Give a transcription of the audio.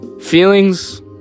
feelings